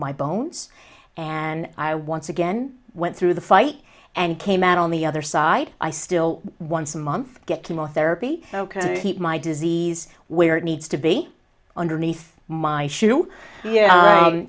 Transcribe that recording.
my bones and i once again went through the fight and came out on the other side i still once a month get kimo therapy keep my disease where it needs to be underneath my shoe